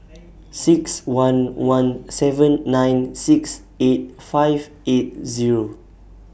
six one one seven nine six eight five eight Zero